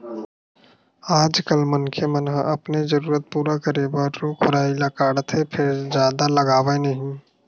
आजकाल मनखे मन ह अपने जरूरत पूरा करे बर रूख राई ल काटथे फेर जादा लगावय नहि